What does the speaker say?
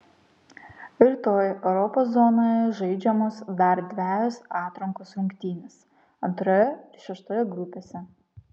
rytoj europos zonoje žaidžiamos dar dvejos atrankos rungtynės antroje ir šeštoje grupėse